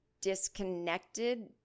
disconnected